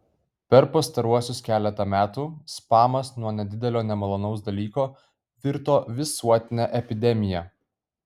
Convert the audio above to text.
per pastaruosius keletą metų spamas nuo nedidelio nemalonaus dalyko virto visuotine epidemija